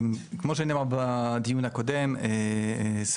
ומכיוון שכך אז גם לא נורא שלא נטפל בסיפור הזה של סל